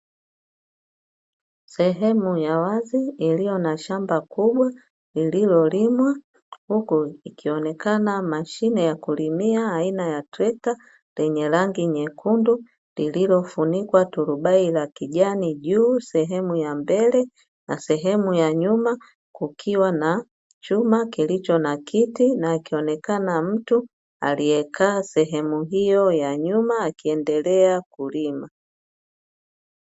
Sehemu ya wazi eneo la shamba kubwa ndilo limwa hukufikionekana mashine ya kulimia aina ya trekta lenye rangi nyekundu lililofunikwa turubai la kijani juu sehemu ya mbele, na sehemu ya nyuma kukiwa na chuma kilicho na kiti na akionekana mtu aliyekaa sehemu hiyo ya nyuma akiendelea kulima.